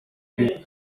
bwe